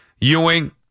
Ewing